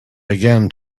again